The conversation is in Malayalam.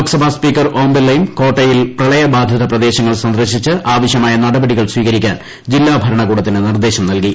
ലോക്സഭാ സ്പീക്കർ ഓംബിർലയും കോട്ടയിൽ പ്രളയബാധിത പ്രദേശങ്ങൾ സന്ദർശിച്ച് അവശ്യമായ നടപടികൾ സ്വീകരിക്കാൻ ജില്ലാ ഭരണകൂടത്തിന് നിർദ്ദേശം നൽകി